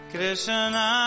Krishna